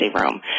room